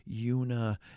una